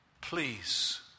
please